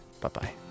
Bye-bye